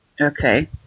Okay